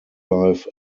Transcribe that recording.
life